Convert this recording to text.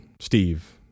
Steve